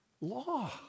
Law